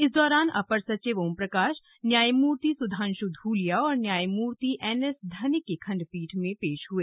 इस दौरान अपर सचिव ओम प्रकाश न्यायमूर्ति सुधांशू धूलिया और न्यायमूर्ति एनएस धनिक की खण्डपीठ में पेश हुए